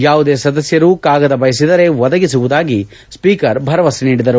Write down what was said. ಯಾವುದೇ ಸದಸ್ಯರು ಕಾಗದ ಬಯಸಿದರೆ ಒದಗಿಸುವುದಾಗಿ ಸ್ಪೀಕರ್ ಬರವಸೆ ನೀಡಿದರು